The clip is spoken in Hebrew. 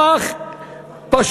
הוא הפך,